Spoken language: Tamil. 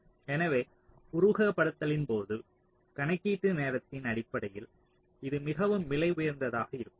எனவே உருவகப்படுத்துதலின் போது கணக்கீட்டு நேரத்தின் அடிப்படையில் இது மிகவும் விலை உயர்ந்ததாக இருக்கும்